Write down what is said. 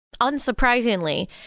unsurprisingly